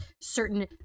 certain